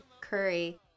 Curry